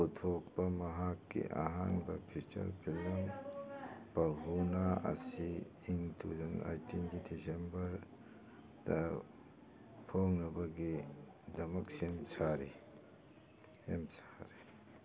ꯄꯤꯊꯣꯛꯄ ꯃꯍꯥꯛꯀꯤ ꯑꯍꯥꯟꯕ feature film ꯕꯍꯨꯅꯥ ꯑꯁꯤ ꯏꯪ ꯇꯨ ꯊꯥꯎꯖꯟ ꯑꯩꯠꯇꯤꯟꯒꯤ ꯗꯤꯁꯦꯝꯕꯔꯗ ꯐꯣꯡꯅꯕꯒꯤꯗꯃꯛ ꯁꯦꯝ ꯁꯥꯔꯤ ꯁꯦꯝꯁꯥꯔꯤ